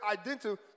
identical